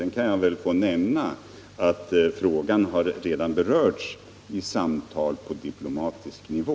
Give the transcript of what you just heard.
Sedan kan jag väl få nämna att frågan redan berörts i samtal på diplomatisk nivå.